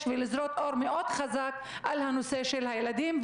ולזרוק אור מאוד חזק על הנושא של הילדים,